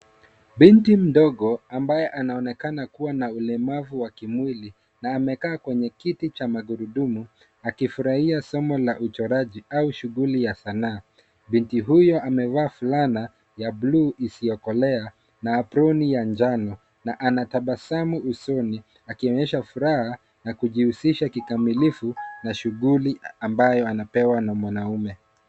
Binti mdogo ambaye anaonekana kuwa na ulemavu wa kimwili, na amekaa kwenye kiti cha magurudumu, akifurahia somo la uchoraji au shughuli ya sanaa. Binti huyo amevaa fulana ya blue isiyokolea, na aproni ya njano ,na ana tabasamu usoni ,akionyesha furaha na kujihusisha kikamilifu na shughuli ambayo anapewa na mwanaume.